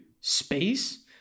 space